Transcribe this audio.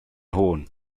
horn